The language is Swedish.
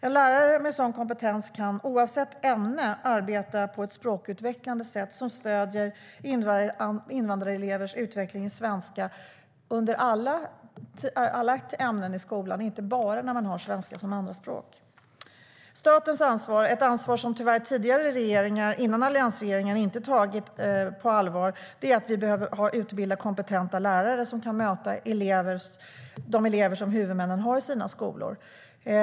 En lärare med sådan kompetens kan, oavsett ämne, arbeta på ett språkutvecklande sätt som stöder invandrarelevers utveckling i svenska i alla ämnen i skolan och inte bara när man har svenska som andraspråk. Statens ansvar - ett ansvar som tyvärr tidigare regeringar före alliansregeringen inte har tagit på allvar - är att utbilda kompetenta lärare som kan möta de elever som huvudmännen har i sina skolor.